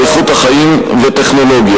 איכות החיים וטכנולוגיה.